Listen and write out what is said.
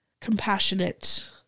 compassionate